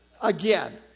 again